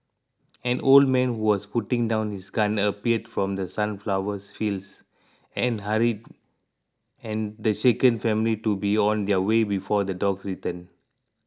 an old man who was putting down his gun appeared from The Sunflowers fields and hurried and the shaken family to be on their way before the dogs return